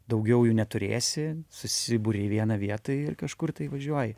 daugiau jų neturėsi susiburi į vieną vietą ir kažkur tai važiuoji